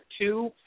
two